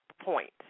point